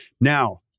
Now